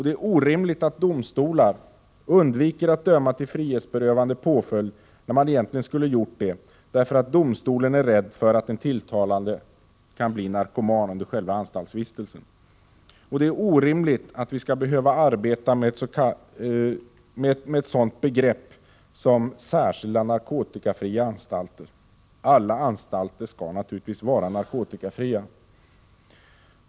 Det är orimligt att domstolar undviker att döma till frihetsberövande påföljd när man egentligen skulle ha gjort det, därför att domstolen är rädd för att den tilltalade kan bli narkoman under själva anstaltsvistelsen. Det är orimligt att vi skall behöva arbeta med ett sådant begrepp som särskilda narkotikabefriade anstalter. Alla anstalter skall naturligtvis vara narkotikafria!